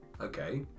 Okay